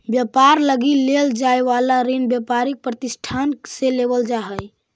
व्यापार लगी लेल जाए वाला ऋण व्यापारिक प्रतिष्ठान से लेवल जा हई